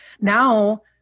now